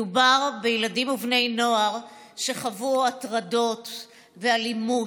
מדובר בילדים ובני נוער שחוו הטרדות ואלימות,